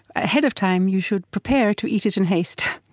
ahead of time, you should prepare to eat it in haste.